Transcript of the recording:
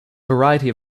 variety